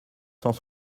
cent